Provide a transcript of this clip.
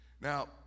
Now